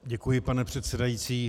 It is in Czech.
Děkuji, pane předsedající.